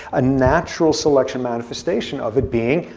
a natural selection manifestation of it being,